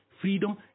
freedom